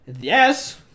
Yes